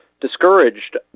discouraged